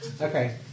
Okay